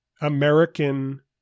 American